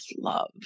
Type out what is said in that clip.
love